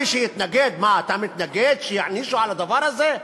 מי שמתנגד: מה אתה מתנגד שיענישו על הדבר הזה?